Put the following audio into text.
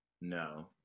No